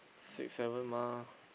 six seven mah